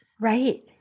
Right